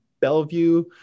Bellevue